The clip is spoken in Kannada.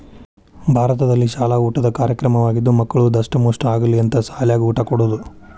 ಭಾರತದಲ್ಲಿಶಾಲ ಊಟದ ಕಾರ್ಯಕ್ರಮವಾಗಿದ್ದು ಮಕ್ಕಳು ದಸ್ಟಮುಷ್ಠ ಆಗಲಿ ಅಂತ ಸಾಲ್ಯಾಗ ಊಟ ಕೊಡುದ